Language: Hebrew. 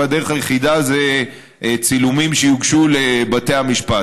והדרך היחידה זה צילומים שיוגשו לבתי המשפט.